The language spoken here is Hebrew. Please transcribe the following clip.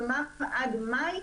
כלומר עד מאי,